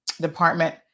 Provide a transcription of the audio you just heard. department